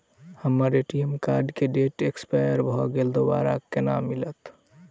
हम्मर ATM card केँ date expire भऽ गेल दोबारा कोना मिलत?